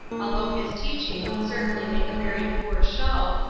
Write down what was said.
although his teaching would certainly make a very poor show,